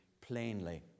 plainly